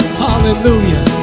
hallelujah